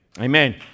Amen